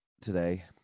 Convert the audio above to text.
today